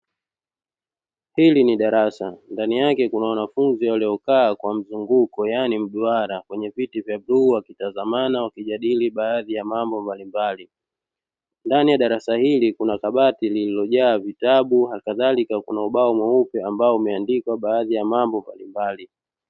Hili ni darasa, ndani yake kuna wanafunzi waliokaa kwa mzunguko yaani mduara, kwenye viti vya bluu wakitazamana, wakijadili baadhi ya mambo mbalimbali. Ndani ya darasa hili kuna kabati lililojaa vitabu. Halikadhalika kuna ubao mweupe ambao umeandikwa baadhi ya mambo mbalimbali.